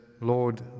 Lord